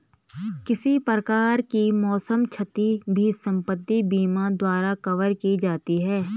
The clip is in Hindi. किसी प्रकार की मौसम क्षति भी संपत्ति बीमा द्वारा कवर की जाती है